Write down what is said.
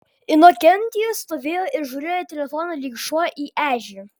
inokentijus stovėjo ir žiūrėjo į telefoną lyg šuo į ežį